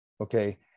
Okay